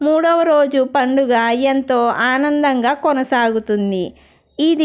మూడవ రోజు పండుగ ఎంతో ఆనందంగా కొనసాగుతుంది ఇది